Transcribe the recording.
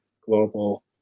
global